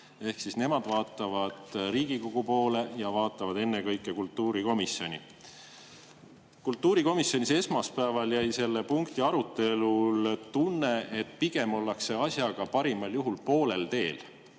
ehk nemad vaatavad Riigikogu poole ja ennekõike kultuurikomisjoni poole. Kultuurikomisjonis esmaspäeval jäi selle punkti arutelul tunne, et pigem ollakse asjaga parimal juhul poolel teel.